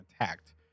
attacked